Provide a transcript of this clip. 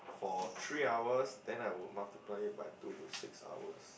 for three hours then I would multiply it by two to six hours